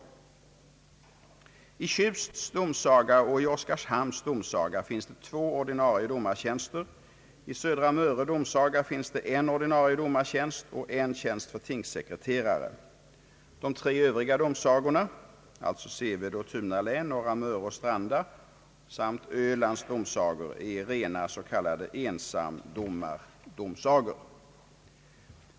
I Tjusts domsaga och i Oskarshamns domsaga finns det två ordinarie domartjänster. I Södra Möre domsaga finns det en ordinarie domartjänst och en tjänst för tingssekreterare. De tre övriga domsagorna — alltså Sevede och Tunalän, Norra Möre och Stranda samt Ölands domsagor — är rena ensamdomardomsagor.